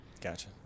Gotcha